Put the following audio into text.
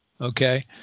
okay